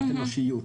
מבחינת אנושיות,